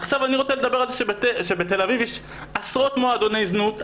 עכשיו אני רוצה לדבר שבתל אביב יש עשרות מועדוני זנות,